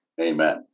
Amen